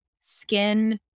skin